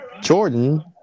Jordan